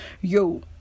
yo